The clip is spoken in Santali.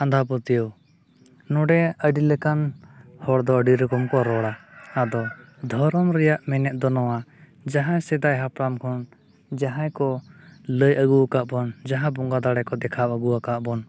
ᱟᱸᱫᱷᱟ ᱯᱟᱹᱛᱭᱟᱹᱣ ᱱᱚᱸᱰᱮ ᱟᱹᱰᱤ ᱞᱮᱠᱟᱱ ᱦᱚᱲ ᱫᱚ ᱟᱹᱰᱤ ᱨᱚᱠᱚᱢ ᱠᱚ ᱨᱚᱲᱟ ᱟᱫᱚ ᱫᱷᱚᱨᱚᱢ ᱨᱮᱭᱟᱜ ᱢᱮᱱᱮᱫ ᱱᱚᱣᱟ ᱡᱟᱦᱟᱸ ᱥᱮᱫᱟᱭ ᱦᱟᱯᱲᱟᱢ ᱠᱷᱚᱱ ᱡᱟᱦᱟᱸᱭ ᱠᱚ ᱞᱟᱹᱭ ᱟᱹᱜᱩ ᱟᱠᱟᱫ ᱵᱚᱱ ᱡᱟᱦᱟᱸ ᱵᱚᱸᱜᱟ ᱫᱟᱲᱮ ᱠᱚ ᱫᱮᱠᱷᱟᱣ ᱟᱹᱜᱩ ᱟᱠᱟᱫ ᱵᱚᱱ